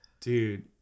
Dude